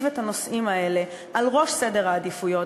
את הנושאים האלה על ראש סדר העדיפויות,